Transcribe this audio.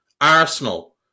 Arsenal